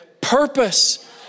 purpose